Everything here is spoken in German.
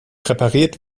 repariert